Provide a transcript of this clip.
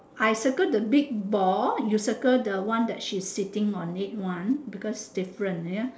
I circle the big ball you circle the one that she's sitting on it one because different ya